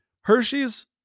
Hershey's